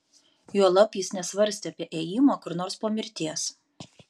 juolab jis nesvarstė apie ėjimą kur nors po mirties